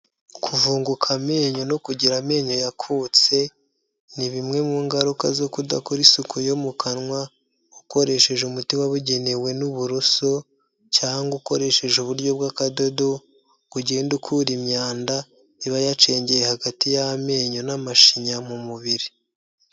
Kuvunguka amenyo no kugira amenyo yakutse ni bimwe mu ngaruka zo kudakora isuku yo mu kanwa, ukoresheje umuti wabugenewe n'uburoso cyangwa ukoresheje uburyo bw'akadodo, ngo ugende ukura imyanda iba yacengeye hagati y'amenyo n'amashinya mu mubiri.